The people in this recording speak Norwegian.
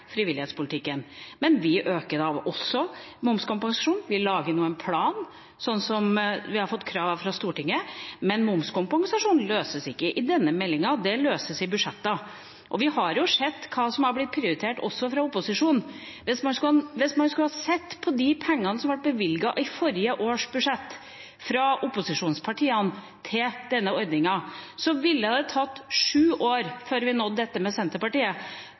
frivillighetspolitikken, men vi øker også momskompensasjonen. Vi lager nå en plan, som vi har fått krav om fra Stortinget. Men momskompensasjon løses ikke i denne meldinga, det løses i budsjetter. Vi har sett hva som har blitt prioritert fra opposisjonen. Hvis man skulle ha sett på de pengene som ble bevilget til denne ordningen i forrige års budsjett fra opposisjonspartiene, ville det tatt sju år før vi nådde dette med Senterpartiet,